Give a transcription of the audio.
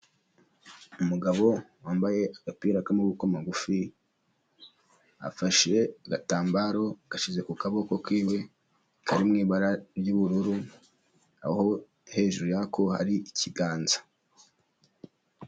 Umugabo wambaye agapira k'amaboko magufi, afashe agatambaro agashyize ku kaboko k'iwe kari ri mu ibara ry'ubururu aho hejuru yako hari ikiganza.